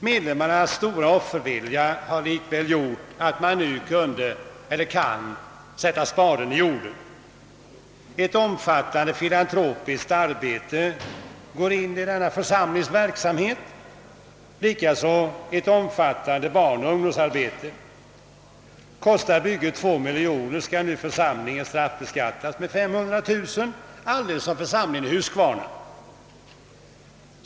Medlemmarnas stora offervilja har likväl gjort att man nu kan sätta spaden i jorden. Ett omfattande filantropiskt arbete går in i denna församlings verksamhet, likaså ett omfattande barnoch ungdomsarbete. Kostar bygget 2 miljoner skall nu församlingen straffbeskattas med 500 000 kronor, alldeles som församlingen i Huskvarna.